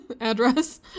address